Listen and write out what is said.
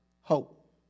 hope